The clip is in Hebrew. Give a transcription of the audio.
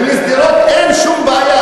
ולשדרות אין שום בעיה,